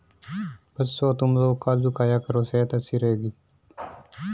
बच्चों, तुमलोग काजू खाया करो सेहत अच्छी रहेगी